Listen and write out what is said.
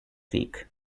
creek